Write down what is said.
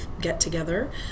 get-together